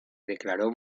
declaró